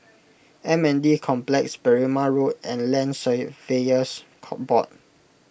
M N D Complex Berrima Road and Land Surveyors Board